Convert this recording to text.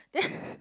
then